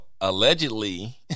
allegedly